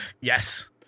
yes